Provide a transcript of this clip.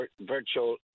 virtual